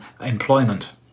employment